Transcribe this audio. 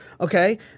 okay